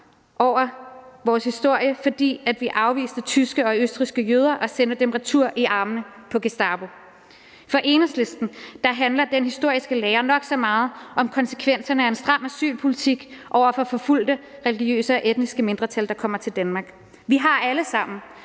over vores historie, fordi vi afviste tyske og østrigske jøder og sendte dem retur i armene på Gestapo. For Enhedslisten handler den historiske lære nok så meget om konsekvenserne af en stram asylpolitik over for forfulgte religiøse og etniske mindretal, der kommer til Danmark. Vi har alle sammen,